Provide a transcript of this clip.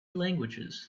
languages